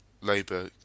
Labour